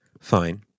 Fine